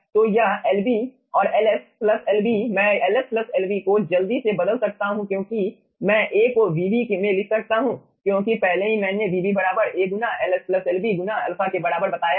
तो यह Lb और Ls Lb मैं Ls Lb को जल्दी से बदल सकता हूं क्योंकि मैं A को Vb में लिख सकता हूं क्योंकि पहले ही मैंने Vb बराबर A गुना Ls Lb गुना अल्फा के बराबर बताया है